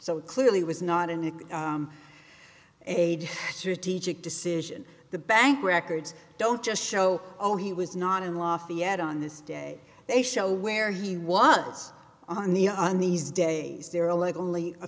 it clearly was not in the aide to teach it decision the bank records don't just show oh he was not in lafayette on this day they show where he was on the on these days they're all like only a